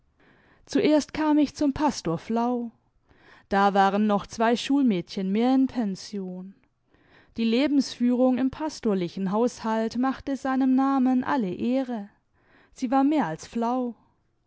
zuerst kam ich zum pastor flau da waren noch zwei schulmädchen mehr in pension die lebensführung im pastorlichen haushalt machte seinem namen alle ehre sie war mehr als flau